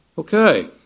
Okay